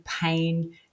pain